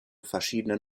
verschiedenen